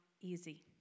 easy